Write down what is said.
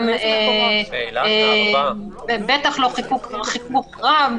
ובטח לא חיכוך רב,